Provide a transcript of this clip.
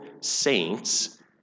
saints